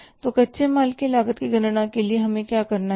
तो कच्चे माल की लागत की गणना के लिए हमें क्या करना है